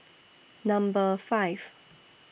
Number five